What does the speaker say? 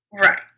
Right